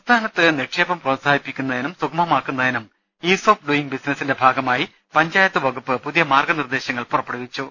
സംസ്ഥാനത്ത് നിക്ഷേപം പ്രോത്സാഹിപ്പിക്കുന്നതിനും സുഗമമാക്കു ന്നതിനും ഈസ് ഓഫ് ഡൂയിംഗ് ബിസിനസ്സിന്റെ ഭാഗമായി പഞ്ചായത്ത് വകുപ്പ് പുതിയ മാർഗ്ഗ നിർദ്ദേശങ്ങൾ പുറപ്പെടുവിച്ചു